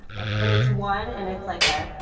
and it's one, and it's like a.